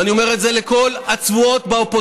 ואני אומר את זה לכל הצבועות באופוזיציה,